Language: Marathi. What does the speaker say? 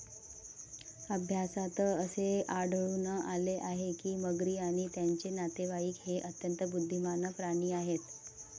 अभ्यासात असे आढळून आले आहे की मगरी आणि त्यांचे नातेवाईक हे अत्यंत बुद्धिमान प्राणी आहेत